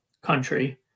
country